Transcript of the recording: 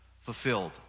fulfilled